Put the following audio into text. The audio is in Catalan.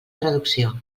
traducció